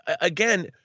Again